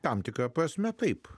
tam tikra prasme taip